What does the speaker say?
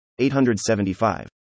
875